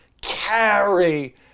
carry